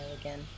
again